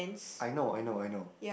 I know I know I know